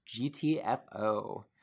gtfo